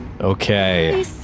Okay